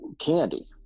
candy